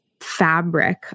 fabric